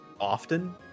often